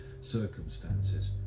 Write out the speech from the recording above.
circumstances